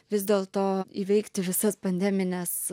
vis dėlto įveikti visas pandemines